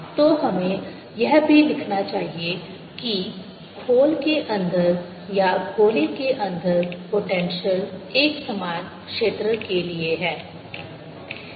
तो हमें यह भी लिखना चाहिए कि खोल के अंदर या गोले के अंदर पोटेंशियल एकसमान क्षेत्र के लिए है